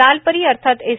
लालपरी अर्थात एस